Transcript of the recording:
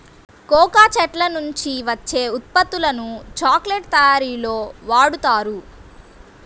cocoa చెట్ల నుంచి వచ్చే ఉత్పత్తులను చాక్లెట్ల తయారీలో వాడుతారు